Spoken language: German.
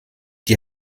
die